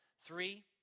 Three